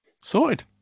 Sorted